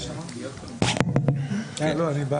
מי נמנע?